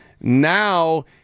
Now